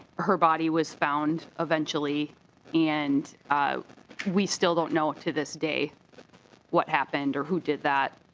her body was found eventually and we still don't know to this day what happened or who did that